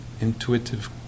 intuitive